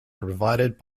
provided